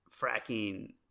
fracking